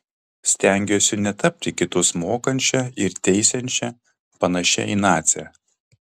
stengiuosi netapti kitus mokančia ir teisiančia panašia į nacę